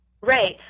Right